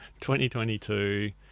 2022